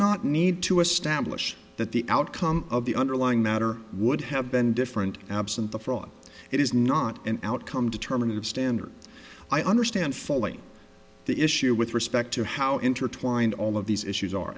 not need to establish that the outcome of the underlying matter would have been different absent the fraud it is not an outcome determinative standard i understand fully the issue with respect to how intertwined all of these issues are